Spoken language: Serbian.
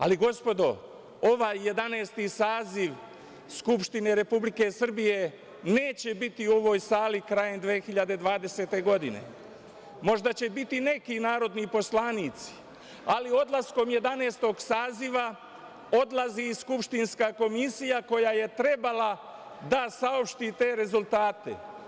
Ali, gospodo, ovaj Jedanaesti saziv Skupštine Republike Srbije neće biti u ovoj sali krajem 2020. godine, možda će biti neki narodni poslanici, ali odlaskom Jedanaestog saziva odlazi i skupštinska komisija koja je trebalo da saopšti te rezultate.